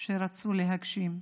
שהן רצו להגשים.